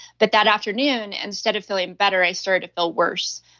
but that afternoon, instead of feeling better, i started to feel worse.